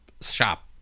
shop